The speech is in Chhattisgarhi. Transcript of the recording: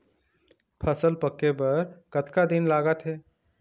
फसल पक्के बर कतना दिन लागत हे?